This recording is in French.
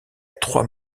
trois